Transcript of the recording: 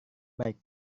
baik